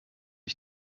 ich